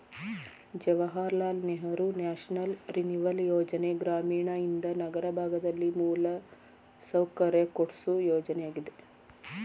Jawahar Lal Nehru national renewal ಯೋಜನೆ ಗ್ರಾಮೀಣಯಿಂದ ನಗರ ಭಾಗದಲ್ಲಿ ಮೂಲಸೌಕರ್ಯ ಕೊಡ್ಸು ಯೋಜನೆಯಾಗಿದೆ